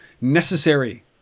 necessary